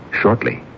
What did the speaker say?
shortly